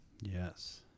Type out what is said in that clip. Yes